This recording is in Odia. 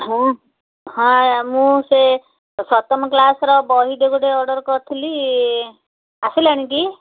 ହଁ ହଁ ମୁଁ ସେ ସପ୍ତମ କ୍ଲାସ୍ର ବହିଟେ ଗୋଟେ ଅର୍ଡ଼ର କରିଥିଲି ଆସିଲାଣି କି